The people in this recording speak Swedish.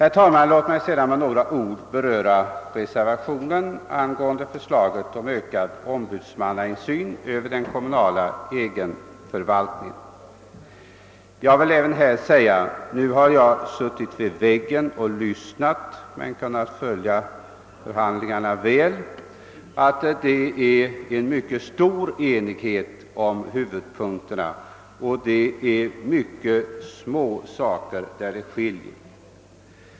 Låt mig sedan, herr talman, med några ord beröra reservationen angående förslaget om ökad ombudsmannainsyn över den kommunala egenförvaltningen. Jag vill även när det gäller den frågan säga — jag har suttit vid väggen och lyssnat men kunnat följa förhandlingarna väl — att det råder en mycket stor enighet om huvudpunkterna och att det som skiljer är förhållandevis små saker.